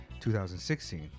2016